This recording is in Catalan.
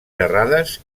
xerrades